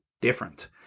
different